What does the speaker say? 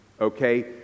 okay